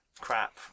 crap